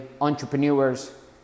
entrepreneurs